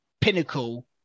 pinnacle